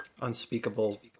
unspeakable